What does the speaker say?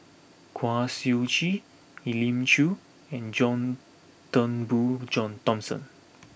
Kwa Siew Tee Elim Chew and John Turnbull Jiong Thomson